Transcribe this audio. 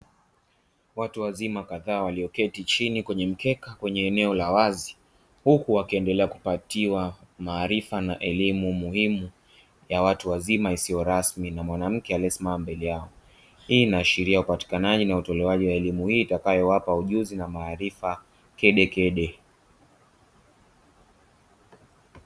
Watu wazima kadhaa walioketi chini kwenye mkeka kwenye eneo la wazi, huku wakiendelea kupatiwa maarifa na elimu muhimu ya watu wazima isiyo rasmi na mwanamke aliyesimama mbele yao. Hii inaashiria upatikanaji na utolewaji wa elimu hii itakayowapa ujuzi na maarifa kedekede.